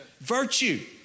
virtue